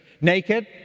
Naked